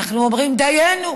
אנחנו אומרים: דיינו.